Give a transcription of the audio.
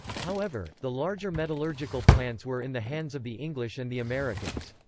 however, the larger metallurgical plants were in the hands of the english and the americans.